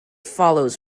follows